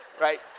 right